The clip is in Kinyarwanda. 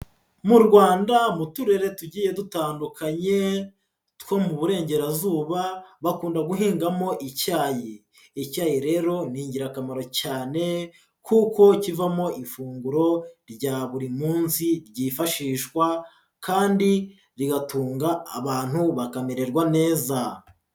Mu Rwanda, m'uturere tugiye dutandukanye two m'uburengerazuba bakunda guhingamo icyayi. Icyayi rero ni ingirakamaro cyane kuko kivamo ifunguro rya buri munsi ryifashishwa kandi rigatunga abantu bakamererwa neza.